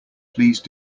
please